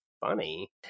funny